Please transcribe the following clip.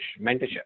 mentorship